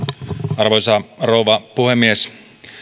arvoisa rouva puhemies